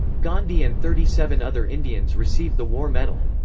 gandhi and thirty-seven other indians received the war medal.